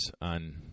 on